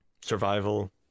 Survival